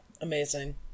amazing